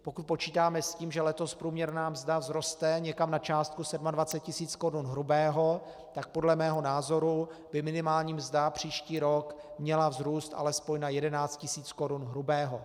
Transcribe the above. Pokud počítáme s tím, že letos průměrná mzda vzroste někam na částku 27 000 korun hrubého, tak podle mého názoru by minimální mzda příští rok měla vzrůst alespoň na 11 000 korun hrubého.